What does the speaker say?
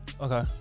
Okay